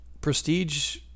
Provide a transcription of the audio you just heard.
prestige